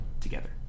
together